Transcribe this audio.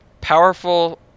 powerful